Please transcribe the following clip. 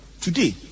Today